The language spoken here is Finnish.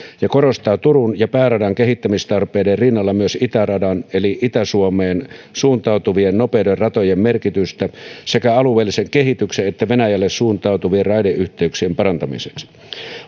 ja korostaa turun ja pääradan kehittämistarpeiden rinnalla myös itäradan eli itä suomeen suuntautuvien nopeiden ratojen merkitystä sekä alueellisen kehityksen että venäjälle suuntautuvien raideyhteyksien parantamiseksi